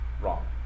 wrong